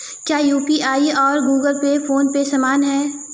क्या यू.पी.आई और Google Pay PhonePe समान हैं?